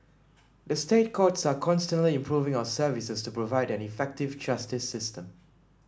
the State Courts are constantly improving our services to provide an effective justice system